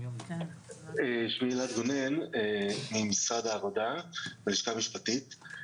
אני ממשרד העבודה, מהשלכה המשפטית.